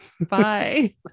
Bye